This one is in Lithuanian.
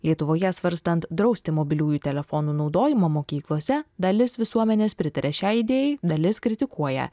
lietuvoje svarstant drausti mobiliųjų telefonų naudojimą mokyklose dalis visuomenės pritaria šiai idėjai dalis kritikuoja